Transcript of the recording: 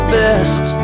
best